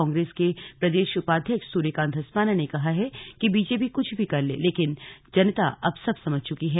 कांग्रेस के प्रदेश उपाध्यक्ष सूर्यकांत धस्माना ने कहा है कि बीजेपी क्छ भी कर ले लेकिन जनता अब सब समझ चुकी है